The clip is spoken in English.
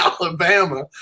Alabama